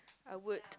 I would